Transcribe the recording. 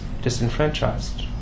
disenfranchised